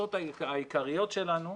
ההמלצות העיקריות שלנו,